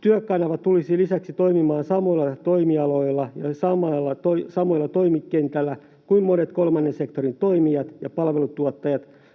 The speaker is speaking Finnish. Työkanava tulisi lisäksi toimimaan samoilla toimialoilla ja samalla toimikentällä kuin monet kolmannen sektorin toimijat ja palveluntuottajat